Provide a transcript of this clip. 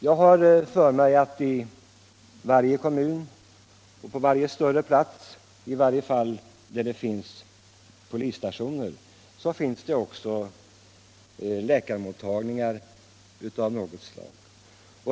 Jag har för mig att i varje kommun och på varje större plats — i varje fall där det finns polisstation — finns det också en läkarmottagning av något slag.